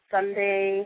Sunday